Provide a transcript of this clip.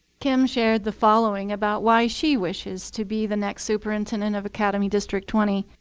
kim shared the following about why she wishes to be the next superintendent of academy district twenty.